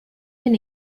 been